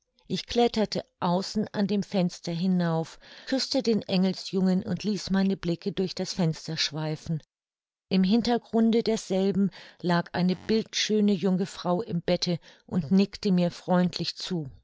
ich kletterte außen an dem fenster hinauf küßte den engelsjungen und ließ meine blicke durch das fenster schweifen im hintergrunde desselben lag eine bildschöne junge frau im bette und nickte mir freundlich zu